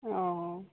অঁ